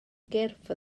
gyrff